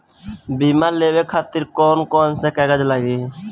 बीमा लेवे खातिर कौन कौन से कागज लगी?